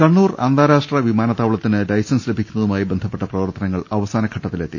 കണ്ണൂർ അന്താരാഷ്ട്ര വിമാനത്താവളത്തിന് ലൈസൻസ് ലഭിക്കുന്ന തുമായി ബന്ധപ്പെട്ട പ്രവർത്തനങ്ങൾ അവസാനഘട്ടത്തിലെത്തി